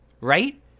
right